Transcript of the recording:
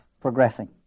progressing